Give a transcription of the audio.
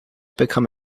become